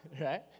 right